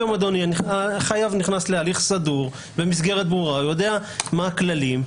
היום החייב נכנס להליך סדור במסגרת ברורה והוא יודע מה הכללים.